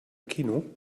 kino